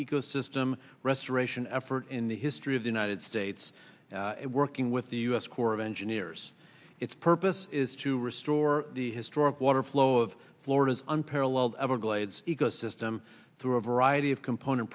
ecosystem restoration effort in the history of the united states working with the u s corps of engineers its purpose is to restore the historic water flow of florida's unparalleled everglades ecosystem through a variety of component